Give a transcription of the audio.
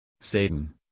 Satan